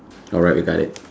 alright we got it